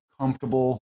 comfortable